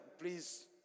please